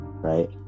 right